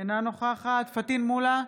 אינה נוכחת פטין מולא,